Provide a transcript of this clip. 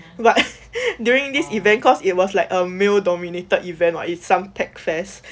but during this event cause it was like a male dominated event it's some tech fairs